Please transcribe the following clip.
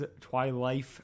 Twilight